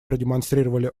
продемонстрировали